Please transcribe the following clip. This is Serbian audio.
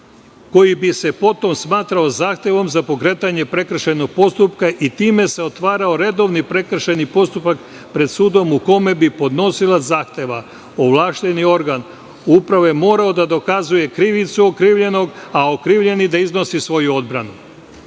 koji bi se potom smatrao zahtevom za pokretanje prekršajnog postupka i time se otvarao redovni prekršajni postupak pred sudom u kome bi podnosilac zahteva, ovlašćeni organ uprave, morao da dokazuje krivicu okrivljenog, a okrivljeni da iznosi svoju